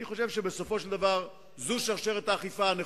אני חושב שבסופו של דבר זו שרשרת האכיפה הנכונה.